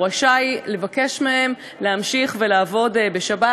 הוא רשאי לבקש מהם להמשיך לעבוד בשבת.